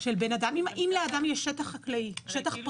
אם לאדם יש שטח חקלאי, שטח פרטי,